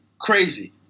Crazy